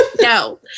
No